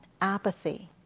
apathy